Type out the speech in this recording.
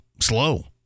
slow